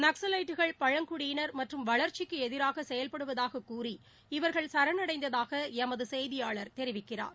நக்சலைட்டுக்கள் பழங்குடியினர் மற்றும் வளர்ச்சிக்கு எதிராக செயல்படுவதாக கூறி இவர்கள் சரணடைந்ததாக எமது செய்தியாளர் தெரிவிக்கிறார்